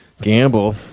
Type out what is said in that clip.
gamble